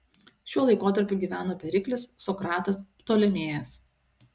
šiuo laikotarpiu gyveno periklis sokratas ptolemėjas